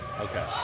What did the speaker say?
Okay